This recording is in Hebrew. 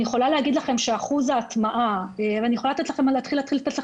אני יכולה להתחיל להגיד פה את המספרים,